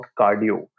cardio